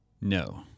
No